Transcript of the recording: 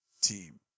team